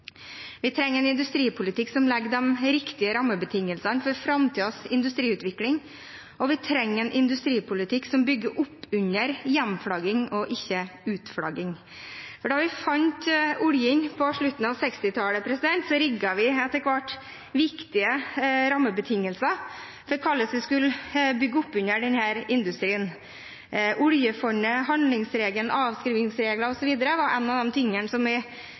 Vi trenger en industripolitikk som legger de riktige rammebetingelsene for framtidens industriutvikling, og vi trenger en industripolitikk som bygger opp under hjemflagging, og ikke utflagging. Da vi fant oljen på slutten av 1960-tallet, rigget vi etter hvert viktige rammebetingelser for hvordan vi skulle bygge opp under denne industrien. Oljefondet, handlingsregelen, avskrivingsregler osv. var noe av det vi tok tak i. Da er